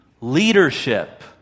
leadership